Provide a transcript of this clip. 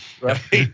right